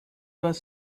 was